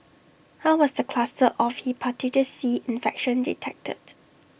how was the cluster of Hepatitis C infection detected